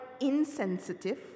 insensitive